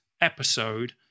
episode